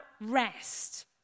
rest